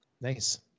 Nice